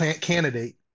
candidate